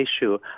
issue